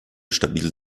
stabil